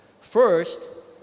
First